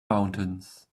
mountains